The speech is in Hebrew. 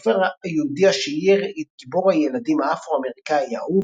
הסופר היהודי שאייר את גיבור הילדים האפרו-אמריקאי האהוב,